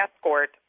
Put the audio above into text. Escort